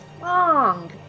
long